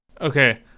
Okay